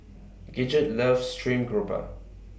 Gidget loves Stream Grouper